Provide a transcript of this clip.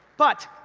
but,